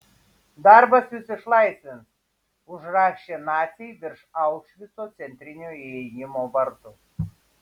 darbas jus išlaisvins užrašė naciai virš aušvico centrinio įėjimo vartų